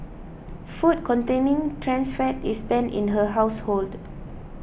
food containing trans fat is banned in her household